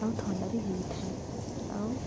ଆଉ ଥଣ୍ଡା ବି ହୋଇଥାଏ ଆଉ